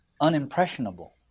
unimpressionable